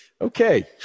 Okay